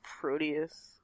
Proteus